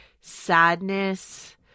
sadness